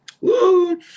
woo